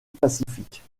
pacifique